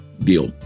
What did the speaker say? Deal